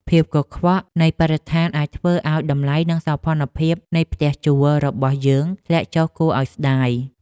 ភាពកខ្វក់នៃបរិស្ថានអាចធ្វើឱ្យតម្លៃនិងសោភ័ណភាពនៃផ្ទះជួលរបស់យើងធ្លាក់ចុះគួរឱ្យស្តាយ។